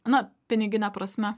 na pinigine prasme